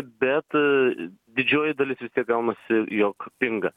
bet didžioji dalis vis tiek gaunasi jog pinga